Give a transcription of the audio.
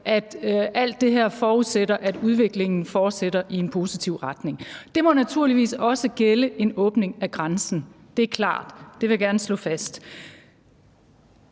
at alt det her forudsætter, at udviklingen fortsætter i en positiv retning. Det må naturligvis også gælde en åbning af grænsen; det er klart. Det vil jeg gerne slå fast.